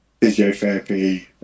physiotherapy